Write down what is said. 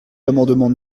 l’amendement